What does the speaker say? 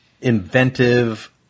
inventive